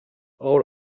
all